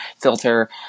filter